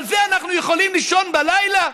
על זה אנחנו יכולים לישון בלילה?